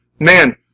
Man